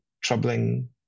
troubling